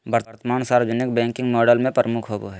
वर्तमान सार्वजनिक banking model में प्रमुख होबो हइ